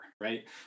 right